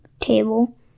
Table